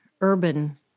urban